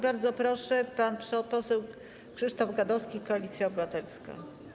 Bardzo proszę, pan poseł Krzysztof Gadowski, Koalicja Obywatelska.